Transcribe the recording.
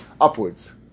upwards